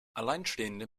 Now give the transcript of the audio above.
alleinstehende